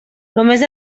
només